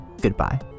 goodbye